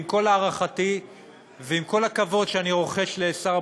ועם כל הערכתי ועם כל הכבוד שאני רוחש לשר הבריאות,